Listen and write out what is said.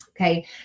Okay